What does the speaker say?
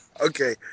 Okay